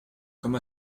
comme